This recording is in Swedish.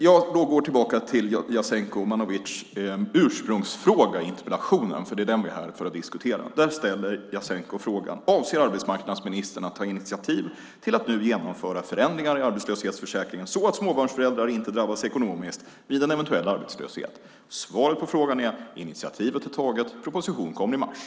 Jag går tillbaka till Jasenko Omanovics ursprungsfråga i interpellationen, för det är den vi är här för att diskutera. Han ställer frågan: Avser arbetsmarknadsministern att ta initiativ till att nu genomföra förändringar i arbetslöshetsförsäkringen så att småbarnsföräldrar inte drabbas ekonomiskt vid en eventuell arbetslöshet? Svaret på frågan är: Initiativ är taget, proposition kommer i mars.